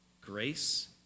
grace